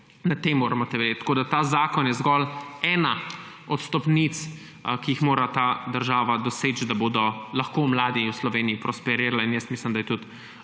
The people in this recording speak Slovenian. Na tem moramo temeljiti. Ta zakon je zgolj ena od stopnic, ki jih mora ta država doseči, da bodo lahko mladi v Sloveniji prosperirali. In jaz mislim, da je